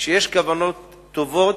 כשיש כוונות טובות,